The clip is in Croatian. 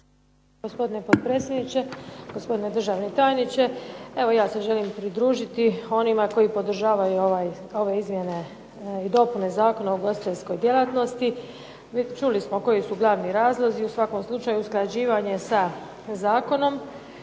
Gospodine potpredsjedniče, gospodine državni tajniče. Evo ja se želim pridružiti onima koji podržavaju ove izmjene i dopune Zakona o ugostiteljskoj djelatnosti. Čuli smo koji su glavni razlozi. U svakom slučaju usklađivanje sa zakonom,